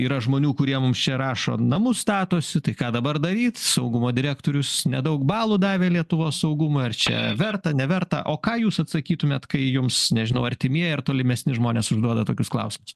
yra žmonių kurie mums čia rašo namus statosi tai ką dabar daryt saugumo direktorius nedaug balų davė lietuvos saugumui ar čia verta neverta o ką jūs atsakytumėt kai jums nežinau artimieji ar tolimesni žmonės užduoda tokius klausimus